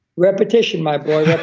repetition, my boy.